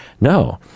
No